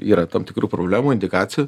yra tam tikrų problemų indikacijų